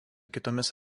kitomis